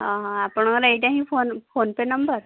ହଁ ହଁ ଆପଣଙ୍କର ଏଇଟା ହିଁ ଫୋନ୍ପେ ନମ୍ବର